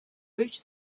reached